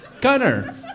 Gunner